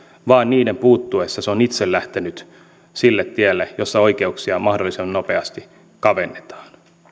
vaan niiden puuttuessa se on itse lähtenyt sille tielle jossa oikeuksia mahdollisimman nopeasti kavennetaan